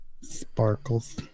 sparkles